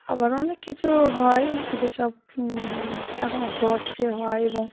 আবার অনেক কিছু হয় যেসব এখন হচ্ছে হয় এবং